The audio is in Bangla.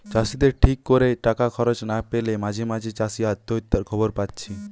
চাষিদের ঠিক কোরে টাকা খরচ না পেলে মাঝে মাঝে চাষি আত্মহত্যার খবর পাচ্ছি